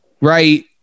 Right